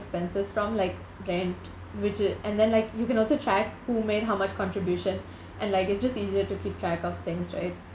expenses from like rent which i~ and then like you can also track who made how much contribution and like it's just easier to keep track of things right